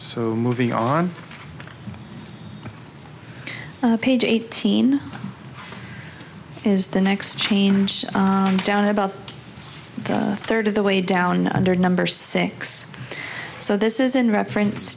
so moving on page eighteen is the next change down about a third of the way down under number six so this is in reference